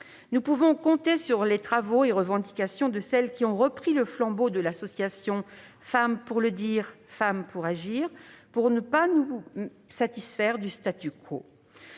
Nous pouvons compter sur les travaux et revendications de celles qui ont repris le flambeau de l'association Femmes pour le dire, femmes pour agir pour refuser le. Tout ou